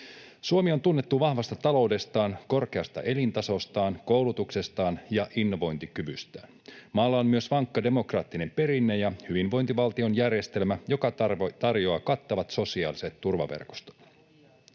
”Suomi on tunnettu vahvasta taloudestaan, korkeasta elintasostaan, koulutuksestaan ja innovointikyvystään. Maalla on myös vankka demokraattinen perinne ja hyvinvointivaltion järjestelmä, joka tarjoaa kattavat sosiaaliset turvaverkostot.